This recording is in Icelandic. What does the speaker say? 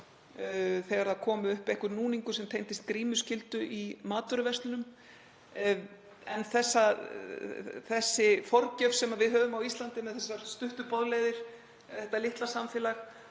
þegar kom upp einhver núningur sem tengdist grímuskyldu í matvöruverslunum, en sú forgjöf sem við höfum á Íslandi með þessar stuttu boðleiðir, þetta litla samfélag,